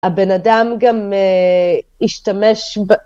הבן אדם גם השתמש